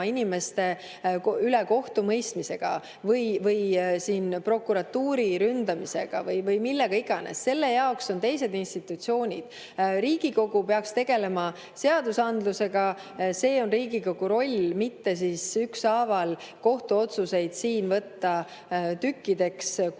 inimeste üle kohtumõistmisega või siin prokuratuuri ründamisega või millega iganes. Selle jaoks on teised institutsioonid. Riigikogu peaks tegelema seadusandlusega, see on Riigikogu roll, mitte ükshaaval kohtuotsuseid siin võtta tükkideks, kui need